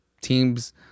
teams